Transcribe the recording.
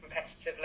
competitively